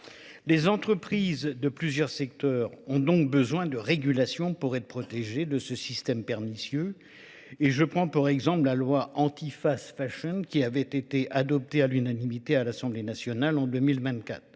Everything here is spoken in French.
Les entreprises de plusieurs secteurs ont donc besoin de régulation pour être protégées de ce système pernicieux. Et je prends, par exemple, la loi anti-fast fashion qui avait été adoptée à l'unanimité à l'Assemblée nationale en 2024.